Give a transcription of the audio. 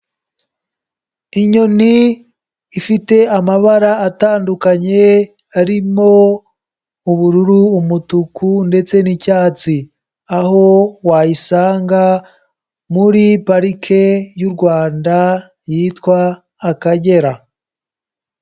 Inyoni ifite amabara atandukanye, harimo ubururu, umutuku, ndetse n'icyatsi, aho wayisanga muri parike y'u Rwanda yitwa Akagera.